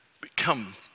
become